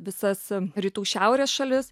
visas rytų šiaurės šalis